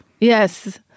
Yes